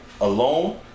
Alone